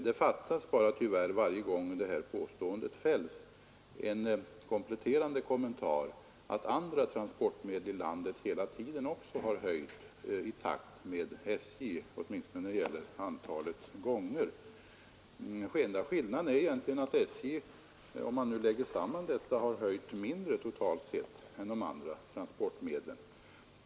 Det fattas bara tyvärr varje gång detta påstående fälls en kompletterande uppgift, nämligen att andra transportmedel hela tiden också har höjt sina priser i takt med SJ. Åtminstone har det skett lika många gånger. Enda skillnaden är egentligen att SJ höjt mindre totalt sett än de andra transportmedlen.